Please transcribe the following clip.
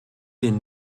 den